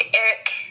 Eric